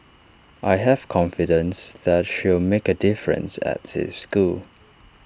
I have confidence that she'll make A difference at the school